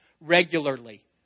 regularly